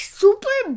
super